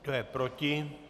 Kdo je proti?